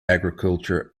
agriculture